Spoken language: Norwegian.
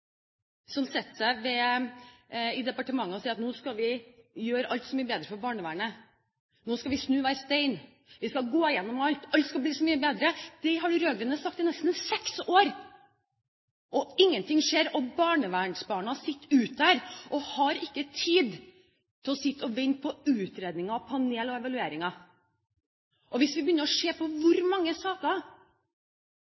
som setter seg i departementet og sier at nå skal vi gjøre alt så mye bedre for barnevernet, nå skal vi snu hver stein, vi skal gå gjennom alt – alt skal bli så mye bedre. Det har de rød-grønne sagt i nesten seks år, og ingenting skjer. Barnevernsbarna sitter der ute og har ikke tid til å sitte og vente på utredninger og panel og evalueringer. Hvis vi ser på hvor